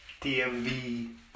DMV